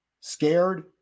scared